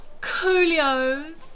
Coolios